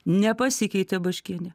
nepasikeitė baškienė